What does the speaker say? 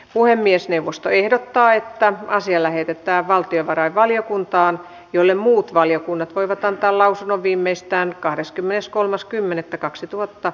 puhemiesneuvosto ehdottaa että asia lähetetään valtiovarainvaliokuntaan jolle muut valiokunnat voivat antaa lausunnon viimeistään kahdeskymmeneskolmas kymmenettä kaksituhatta